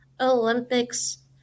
Olympics